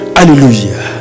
Hallelujah